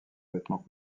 vêtements